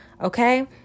Okay